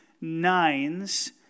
nines